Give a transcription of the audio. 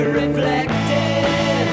reflected